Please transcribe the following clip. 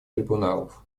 трибуналов